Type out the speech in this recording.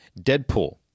Deadpool